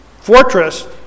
fortress